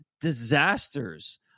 disasters